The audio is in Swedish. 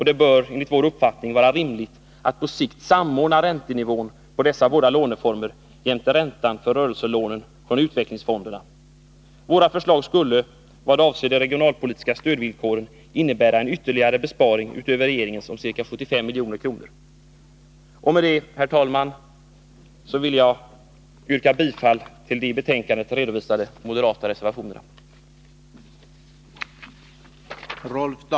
Det bör enligt vår uppfattning vara rimligt att på sikt samordna räntenivån beträffande dessa båda låneformer jämte räntan för rörelselånen från utvecklingsfonderna. Ett genomförande av våra förslag skulle, vad avser de regionalpolitiska stödvillkoren, innebära en ytterligare besparing utöver regeringens om ca 75 milj.kr. Med detta, herr talman, vill jag yrka bifall till de i betänkandet redovisade moderata reservationerna.